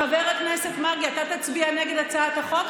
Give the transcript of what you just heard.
חבר הכנסת מרגי, אתה תצביע נגד הצעת החוק?